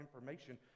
information